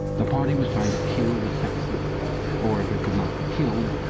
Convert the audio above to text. the party was trying to kill the sex instinct, or, if it could not be killed,